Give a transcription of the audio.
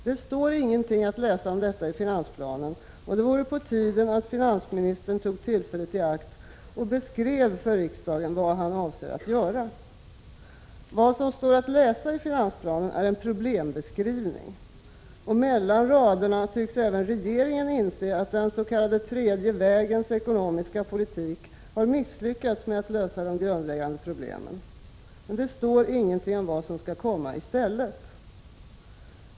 Det står ingenting att läsa om detta i finansplanen, och det vore på tiden att finansministern tog tillfället i akt och beskrev för riksdagen vad han avser att göra. Vad som står att läsa i finansplanen är en problembeskrivning. Mellan raderna tycks även regeringen inse att den s.k. tredje vägens ekonomiska politik har misslyckats med att lösa de grundläggande problemen. Men ingenting står om vad som skall komma i stället.